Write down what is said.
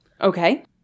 Okay